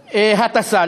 הטסה,